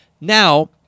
Now